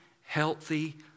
healthy